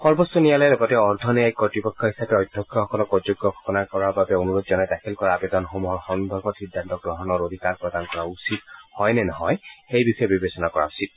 সৰ্বোচ্চ ন্যায়ালয়ে লগতে অৰ্ধ ন্যায়িক কৰ্তৃপক্ষ হিচাপে অধ্যক্ষসকলক অযোগ্য ঘোষণা কৰাৰ বাবে অনুৰোধ জনাই দাখিল কৰা আৱেদনসমূহৰ সন্দৰ্ভত সিদ্ধান্ত গ্ৰহণৰ অধিকাৰ প্ৰদান কৰা উচিত হয় নে নহয় সেই বিষয়ে বিবেচনা কৰা উচিত